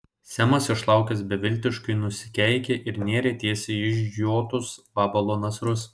semas išlaukęs beviltiškai nusikeikė ir nėrė tiesiai į išžiotus vabalo nasrus